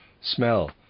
Smell